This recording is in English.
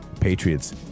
patriots